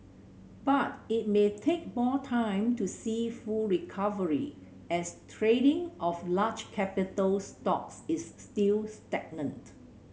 but it may take more time to see full recovery as trading of large capital stocks is still stagnant